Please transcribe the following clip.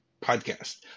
Podcast